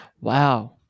Wow